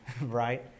right